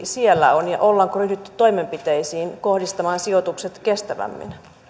siellä on ja ollaanko ryhdytty toimenpiteisiin kohdistamaan sijoitukset kestävämmin